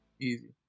Easy